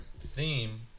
theme